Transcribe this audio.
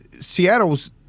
Seattle's